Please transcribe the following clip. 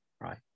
right